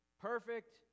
perfect